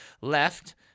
left